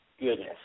goodness